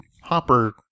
hopper